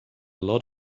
lot